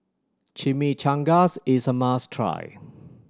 chimichangas is a must try